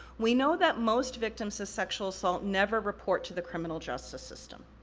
we know that most victims of sexual assault never report to the criminal justice system.